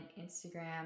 Instagram